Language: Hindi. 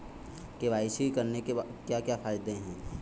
के.वाई.सी करने के क्या क्या फायदे हैं?